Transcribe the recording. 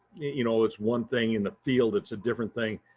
you know, it's one thing in the field. it's a different thing.